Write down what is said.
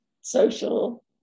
social